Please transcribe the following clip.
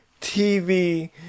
TV